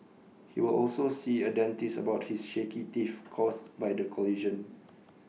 he will also see A dentist about his shaky teeth caused by the collision